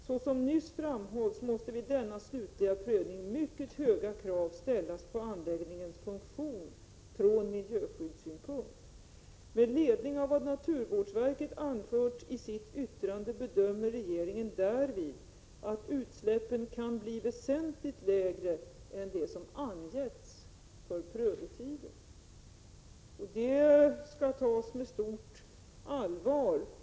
Såsom nyss framhållits måste vid denna slutliga prövning mycket höga krav ställas på anläggningens funktion från miljöskyddssynpunkt. Med ledning av vad naturvårdsverket anfört i sitt yttrande bedömer regeringen därvid att utsläppen kan bli väsentligt lägre än dem som angetts för prövotiden.” Vad vi här säger skall tas med stort allvar.